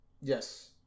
Yes